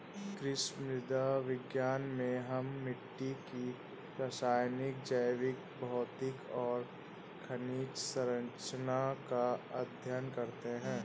कृषि मृदा विज्ञान में हम मिट्टी की रासायनिक, जैविक, भौतिक और खनिज सरंचना का अध्ययन करते हैं